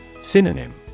Synonym